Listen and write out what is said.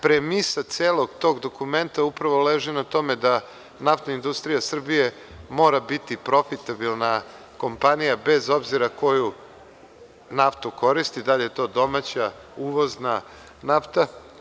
Premisa celog tog dokumenta upravo leži na tome da NIS mora biti profitabilna kompanija, bez obzira koju naftu koristi, da li je to domaća, uvozna nafta.